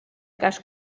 cas